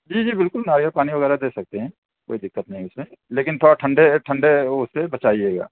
جی جی بالکل ناریل پانی وغیرہ دے سکتے ہیں کوئی دقت نہیں اُس میں لیکن تھوڑا ٹھنڈے ٹھنڈے اُس سے بچائیے گا